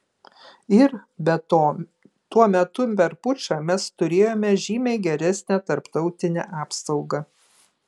ir be to tuo metu per pučą mes turėjome žymiai geresnę tarptautinę apsaugą